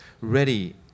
ready